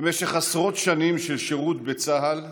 במשך עשרות שנים של שירות בצה"ל,